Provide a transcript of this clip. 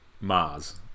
Mars